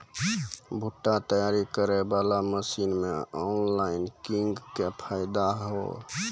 भुट्टा तैयारी करें बाला मसीन मे ऑनलाइन किंग थे फायदा हे?